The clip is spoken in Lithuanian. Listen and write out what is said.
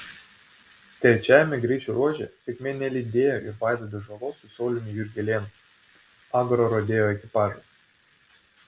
trečiajame greičio ruože sėkmė nelydėjo ir vaidoto žalos su sauliumi jurgelėnu agrorodeo ekipažo